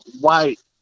white